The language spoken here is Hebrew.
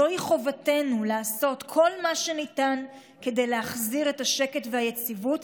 זוהי חובתנו לעשות כל מה שניתן כדי להחזיר את השקט והיציבות,